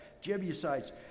Jebusites